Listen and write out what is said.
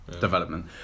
development